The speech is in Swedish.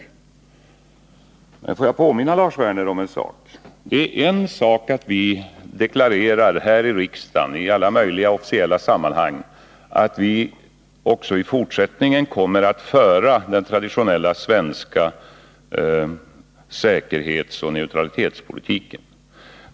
Får jag påminna Lars Werner om följande. Det är en sak att vi deklarerar här i riksdagen i alla möjliga officiella sammanhang att vi också i fortsättningen kommer att föra den traditionella svenska säkerhetsoch neutralitetspolitiken.